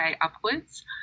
upwards